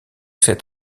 cet